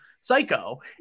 psycho